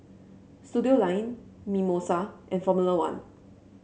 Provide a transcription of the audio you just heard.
Studioline Mimosa and Formula One